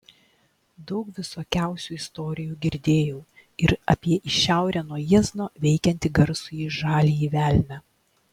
daug visokiausių istorijų girdėjau ir apie į šiaurę nuo jiezno veikiantį garsųjį žaliąjį velnią